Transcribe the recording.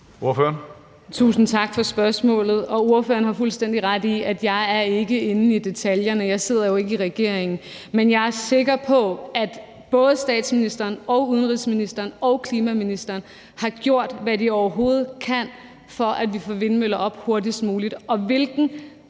Tusind tak for spørgsmålet. Ordføreren har fuldstændig ret i, at jeg ikke er inde i detaljerne; jeg sidder jo ikke i regeringen. Men jeg er sikker på, at både statsministeren, udenrigsministeren og klimaministeren har gjort, hvad de overhovedet kan, for at vi får vindmøller op hurtigst muligt,